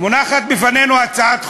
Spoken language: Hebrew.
מונחת בפנינו הצעת חוק.